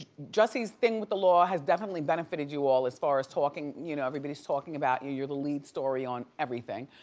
jussie's thing with the law has definitely benefited you all as far as talking, you know everybody's talking about you. you're the lead story on everything.